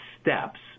steps